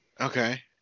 Okay